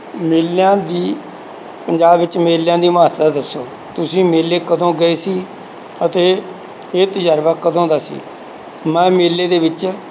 ਮੇਲਿਆਂ ਦੀ ਪੰਜਾਬ ਵਿੱਚ ਮੇਲਿਆਂ ਦੀ ਮਹੱਤਤਾ ਦੱਸੋ ਤੁਸੀਂ ਮੇਲੇ ਕਦੋਂ ਗਏ ਸੀ ਅਤੇ ਇਹ ਤਜ਼ਰਬਾ ਕਦੋਂ ਦਾ ਸੀ ਮੈਂ ਮੇਲੇ ਦੇ ਵਿੱਚ